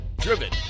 driven